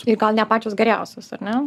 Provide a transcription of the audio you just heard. i gal ne pačios geriausios ar ne